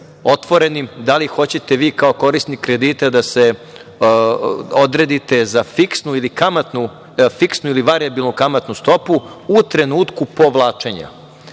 otvorenim da li hoćete vi kao korisnik kredita da odredite za fiksnu ili varijabilnu kamatnu stopu u trenutku povlačenja.